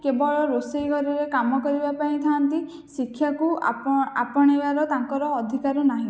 କେବଳ ରୋଷେଇ ଘରରେ କାମ କରିବା ପାଇଁ ଥାଆନ୍ତି ଶିକ୍ଷାକୁ ଆପଣାଇବାର ତାଙ୍କର ଅଧିକାର ନାହିଁ